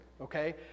Okay